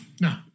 No